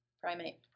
primate